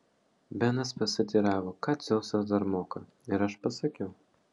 benas pasiteiravo ką dzeusas dar moka ir aš pasakiau